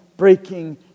Breaking